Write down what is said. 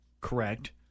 correct